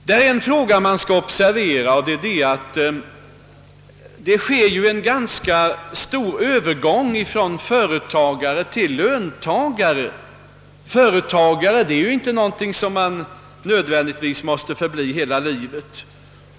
Man bör också observera att företagare ofta övergår till att bli löntagare. Företagare är inte något som man nödvändigtvis måste förbli hela livet.